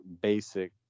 basic